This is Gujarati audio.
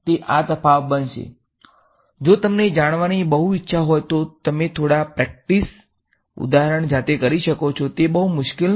તે આ તફાવત બનશે જો તમને જાણવાની બહુ ઈચ્છા હોય તો તમે થોડા પ્રેક્ટિસ ઉદાહરણો જાતે કરી શકો છો તે બહુ મુશ્કેલ નથી